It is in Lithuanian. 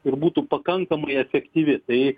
ir būtų pakankamai efektyvi tai